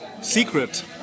Secret